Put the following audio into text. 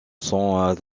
sont